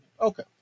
Okay